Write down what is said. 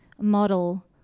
model